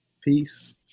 Peace